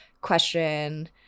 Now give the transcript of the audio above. question